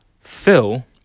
Phil